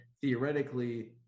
theoretically